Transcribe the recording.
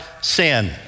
sin